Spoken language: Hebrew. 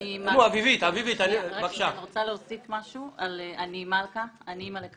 אכיפה בנושא הזה ואין לנו מענה בנושא